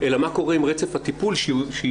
אלא מה קורה עם רצף הטיפול כשהיא